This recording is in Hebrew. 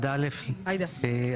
הצבעה בעד, 7 נגד, 9 נמנעים, אין לא אושר.